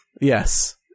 Yes